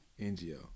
N-G-O